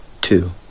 Two